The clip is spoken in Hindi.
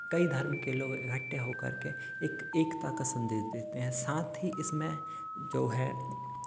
कई धर्म के लोग इकट्ठे होकर के एक एकता का संदेश देते हैं साथ ही इसमें जो है